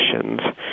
conditions